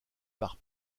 par